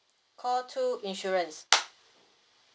call two insurance